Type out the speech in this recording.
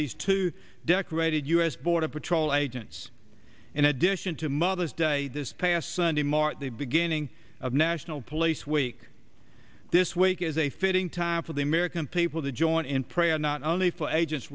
these two decorated u s border patrol agents in addition to mother's day this past sunday marked the beginning of national police week this week is a fitting time for the american people to join in prayer not only for age